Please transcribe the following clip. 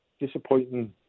disappointing